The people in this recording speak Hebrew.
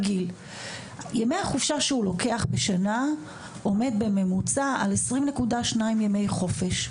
ימי החופשה שהוא לוקח בשנה עומד בממוצע על 20.2 ימי חופשה,